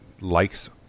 likes